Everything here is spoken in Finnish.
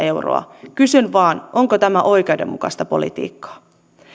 euroa kysyn vain onko tämä oikeudenmukaista politiikkaa